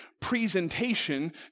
presentation